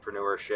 entrepreneurship